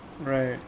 Right